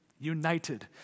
United